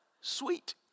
sweet